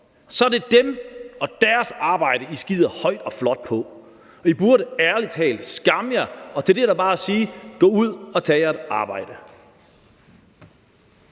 så er det dem og deres arbejde, I skider højt og flot på, og I burde ærlig talt skamme jer. Og til det er der bare at sige: Gå ud og tag jer et arbejde.